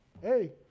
hey